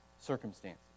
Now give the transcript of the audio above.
circumstances